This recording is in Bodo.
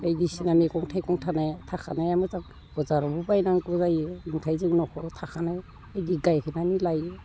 बायदिसिना मैगं थाइगं थानाय थाखानाया मोजां बाजारावबो बायनांगौ जायो ओंखाय जों न'खराव थाखानाय इदि गायहोनानै लायो